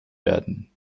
werden